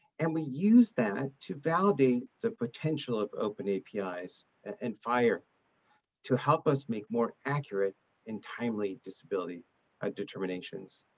and we use that to validate the potential of open api's and fire to help us make more accurate and timely disability ah determinations.